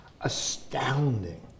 astounding